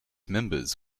members